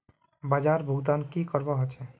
बाजार भुगतान की करवा होचे?